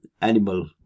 animal